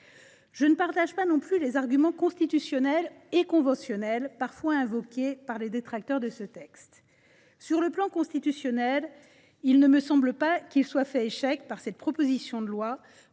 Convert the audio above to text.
Je ne partage pas non plus les arguments constitutionnels et conventionnels parfois invoqués par les détracteurs de ce texte. Sur le plan constitutionnel, il ne me semble pas que cette proposition de loi